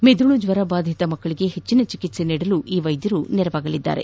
ಮೆದುಳು ಜ್ವರ ಬಾಧಿತ ಮಕ್ಕಳಿಗೆ ಹೆಚ್ಚಿನ ಚಿಕಿತ್ವೆ ನೀಡಲು ಈ ವೈದ್ಯರು ನೆರವಾಗಲಿದ್ದಾರೆ